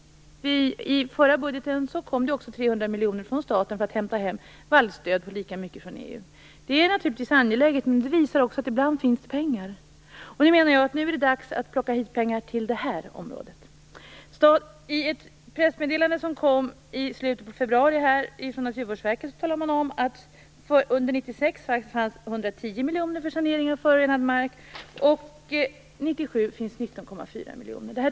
I förra budgeten kom det 300 miljoner kronor från staten till vallstöd och lika mycket kom från EU. Detta är naturligtvis angeläget. Det här visar också att det ibland finns pengar. Jag menar att det nu är dags att hämta hit pengar till nämnda område. I ett pressmeddelande i slutet av februari från Naturvårdsverket står det att det under 1996 fanns 1997 finns det 19,4 miljoner kronor!